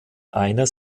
einer